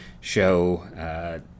show